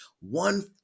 One